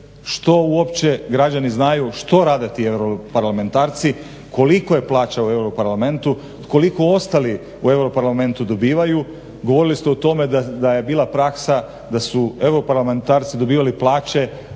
što uopće građani znaju što rade ti europarlamentarci, kolika je plaća u EU parlamentu, koliko ostali u EU parlamentu dobivaju. Govorili ste o tome da je bila praksa da su europarlamentarci dobivali plaće